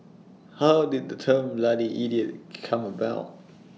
how did the term bloody idiot come about